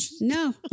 No